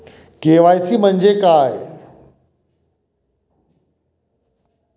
KYC म्हंजे काय?